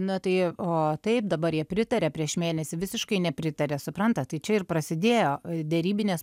na tai o taip dabar jie pritarė prieš mėnesį visiškai nepritarė suprantat tai čia ir prasidėjo derybinės